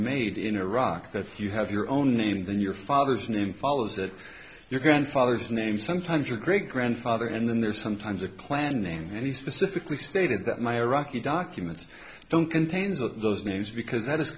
made in iraq that you have your own name than your father's name follows that your grandfather's name sometimes your great grandfather and then there's sometimes a clan name and he specifically stated that my iraqi documents don't contains all those names because that is